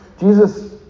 Jesus